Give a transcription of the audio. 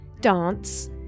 dance